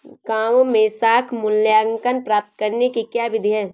गाँवों में साख मूल्यांकन प्राप्त करने की क्या विधि है?